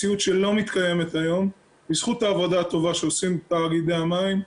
מציאות שלא מתקיימת היום בזכות העבודה הטובה שעושים תאגידי המים,